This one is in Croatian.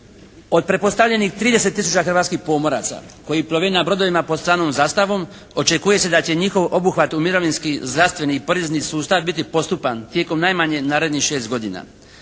Od pretpostavljenih 30 000 hrvatskih pomoraca koji plove na brodovima pod stranom zastavom očekuje se da će njihov obuhvat u mirovinski, zdravstveni i porezni sustav biti postupan tijekom najmanje narednih šest godina.